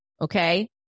Okay